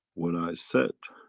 when i said